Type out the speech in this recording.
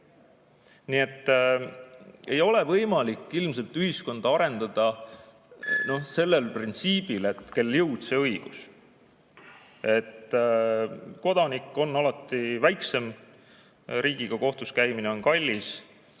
ei saa. Ei ole võimalik ilmselt ühiskonda arendada sellel printsiibil, et kellel jõud, sellel õigus. Kodanik on alati väiksem, riigiga kohtus käimine on kallis